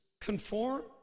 conform